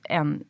en